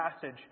passage